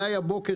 אליי הבוקר